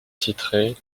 titrait